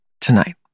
tonight